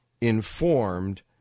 informed